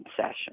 session